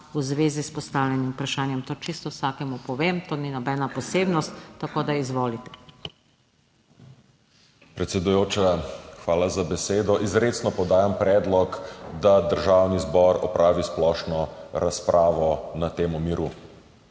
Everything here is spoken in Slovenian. v zvezi s postavljenim vprašanjem. To čisto vsakemu povem, to ni nobena posebnost. Izvolite. **MIHA KORDIŠ (PS Levica):** Predsedujoča, hvala za besedo. Izrecno podajam predlog, da državni zbor opravi splošno razpravo na temo miru.